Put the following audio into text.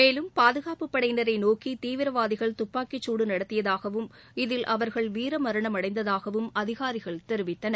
மேலும் பாதுகாப்பு படையினரை நோக்கி அவர்கள் தப்பாக்கி சூடு நடத்தியதாகவும் இவர்கள் வீரமரணமடைந்ததாக அதிகாரிகள் தெரிவித்தனர்